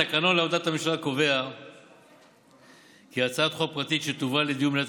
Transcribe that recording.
התקנון לעבודת הממשלה קובע כי הצעת חוק פרטית שתובא לדיון במליאת